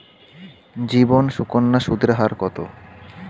জীবন সুকন্যা সুদের হার কত?